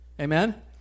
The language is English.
Amen